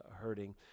hurting